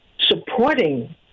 supporting